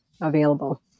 available